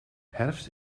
herfst